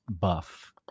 buff